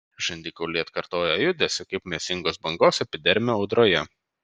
žandikauliai atkartojo judesį kaip mėsingos bangos epidermio audroje